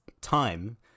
time